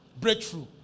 Breakthrough